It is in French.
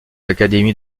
l’académie